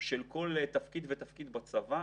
של כל תפקיד ותפקיד בצבא,